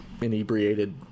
inebriated